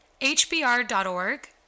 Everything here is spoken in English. HBR.org